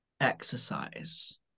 exercise